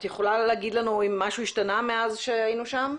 את יכולה לומר לנו אם משהו השתנה מאז שהיינו שם?